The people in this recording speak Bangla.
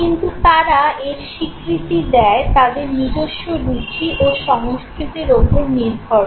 কিন্তু তারা এর স্বীকৃতি দেয় তাদের নিজস্ব রুচি ও সংস্কৃতির ওপর নির্ভর করে